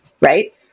right